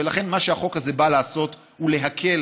ולכן מה שהחוק הזה בא לעשות הוא להקל,